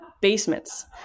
basements